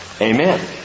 Amen